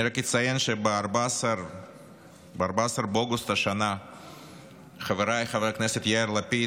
אני רק אציין שב-14 באוגוסט השנה חברי חבר הכנסת יאיר לפיד